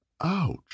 Ouch